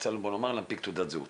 רוצה להנפיק תעודת זהות